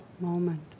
moment